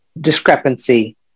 discrepancy